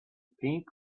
pink